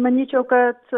manyčiau kad